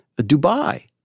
Dubai